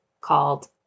called